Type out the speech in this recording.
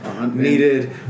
needed